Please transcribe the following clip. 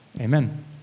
amen